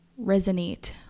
resonate